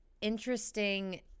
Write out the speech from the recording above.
interesting